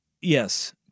Yes